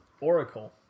Oracle